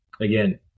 again